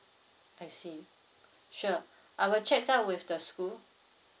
I see sure I will check out with the school